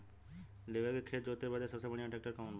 लेव के खेत जोते बदे सबसे बढ़ियां ट्रैक्टर कवन बा?